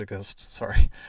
sorry